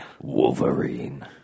Wolverine